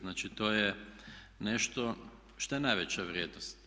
Znači to je nešto što je najveća vrijednost.